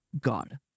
God